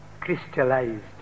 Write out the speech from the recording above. crystallized